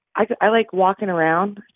i like walking around.